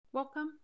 Welcome